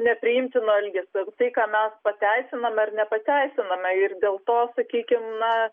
nepriimtinu elgesiu tai ką mes pateisiname ar nepateisiname ir dėl to sakykim na